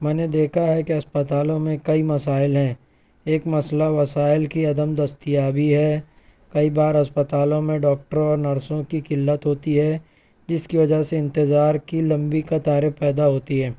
میں نے دیکھا ہے کہ اسپتالوں میں کئی مسائل ہیں ایک مسئلہ وسائل کی عدم دستیابی ہے کئی بار اسپتالوں میں ڈاکٹر اور نرسوں کی قلت ہوتی ہے جس کی وجہ سے انتظار کی لمبی قطاریں پیدا ہوتی ہیں